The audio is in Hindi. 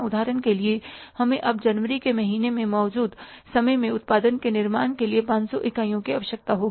उदाहरण के लिए हमें अब जनवरी के महीने में मौजूदा समय में उत्पादन के निर्माण के लिए 500 इकाइयों की आवश्यकता होगी